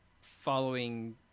following